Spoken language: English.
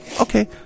okay